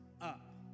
up